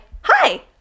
Hi